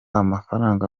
amafaranga